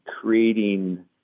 creating